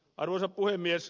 arvoisa puhemies